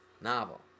novel